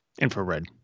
infrared